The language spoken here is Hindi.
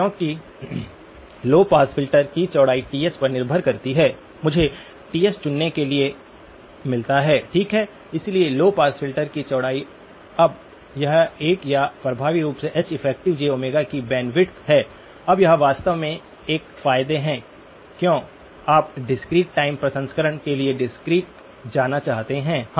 क्योंकि लौ पास फिल्टर की चौड़ाई Ts पर निर्भर करती है मुझे Ts चुनने के लिए मिलता है ठीक है इसलिए लौ पास फ़िल्टर की चौड़ाई अब यह एक या प्रभावी रूप से Heff की बैंडविड्थ है अब यह वास्तव में एक फायदे है क्यों आप डिस्क्रीट टाइम प्रसंस्करण के लिए डिस्क्रीट जाना चाहते हैं